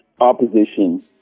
opposition